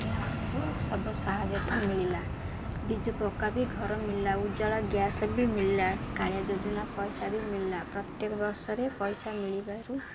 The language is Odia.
ପିଲାମାନଙ୍କୁ ସବୁ ସାହାଯ୍ୟତା ମିଳିଲା ବିଜୁ ପକ୍କା ବି ଘର ମିଳିଲା ଉଜ୍ଜ୍ଵଲା ଗ୍ୟାସ୍ ବି ମିଳିଲା କାଳିଆ ଯୋଜନା ପଇସା ବି ମିଳିଲା ପ୍ରତ୍ୟେକ ବର୍ଷରେ ପଇସା ମିଳିବାରୁ